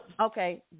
Okay